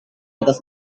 atas